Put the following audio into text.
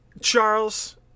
charles